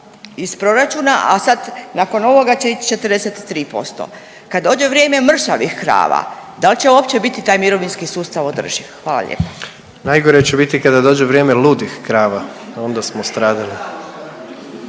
iz proračuna, a sad nakon ovoga će ići 43%. Kad dođe vrijeme mršavih krava dal će uopće biti taj mirovinski sustav održiv? Hvala lijepa. **Jandroković, Gordan (HDZ)** Najgore će biti kada dođe vrijeme ludih krava onda smo stradali.